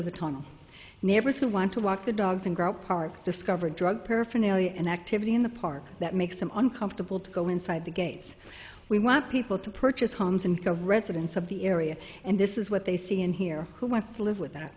the tunnel neighbors who want to walk the dogs and grow apart discover drug paraphernalia and activity in the park that makes them uncomfortable to go inside the gates we want people to purchase homes and the residents of the area and this is what they see and hear who wants to live with that